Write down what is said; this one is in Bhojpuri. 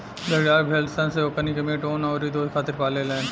भेड़िहार भेड़ सन से ओकनी के मीट, ऊँन अउरी दुध खातिर पाले लेन